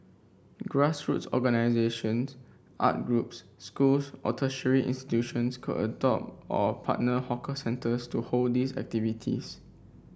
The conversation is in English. grass roots organisations art groups schools or tertiary institutions could adopt or partner hawker centres to hold these activities